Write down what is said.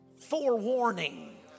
forewarning